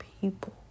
people